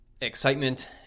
excitement